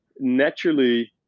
naturally